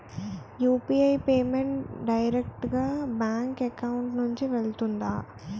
UPI payment direct గా bank account నుంచి వెళ్తుందా?